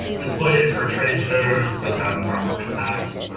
displays for trade shows which have environmental impacts